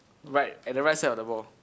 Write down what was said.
right at the right side of the ball